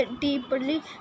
deeply